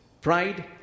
pride